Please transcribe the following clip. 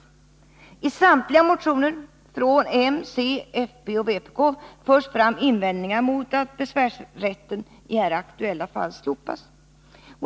I samtliga motioner från m, c, fp och vpk förs fram invändningar mot att besvärsrätten i här aktuella fall slopas.